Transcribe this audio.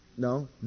No